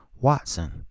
Watson